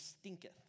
stinketh